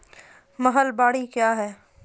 महलबाडी क्या हैं?